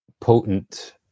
potent